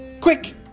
Quick